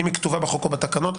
אם היא כתובה בחוק או בתקנות,